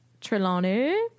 Trelawney